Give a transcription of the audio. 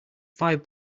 five